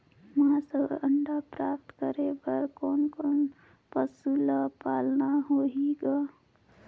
मांस अउ अंडा प्राप्त करे बर कोन कोन पशु ल पालना होही ग?